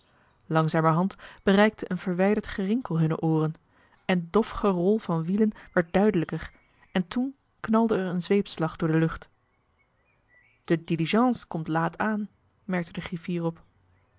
langzamerhand bereikte een verwijderd gerinkel hunne ooren en dof gerol van wielen werd duidelijker en toen knalde er een zweepslag door de lucht de diligence komt laat aan merkte de griffier op